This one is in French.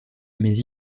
mais